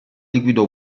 liquido